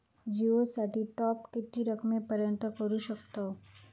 जिओ साठी टॉप किती रकमेपर्यंत करू शकतव?